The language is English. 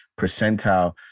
percentile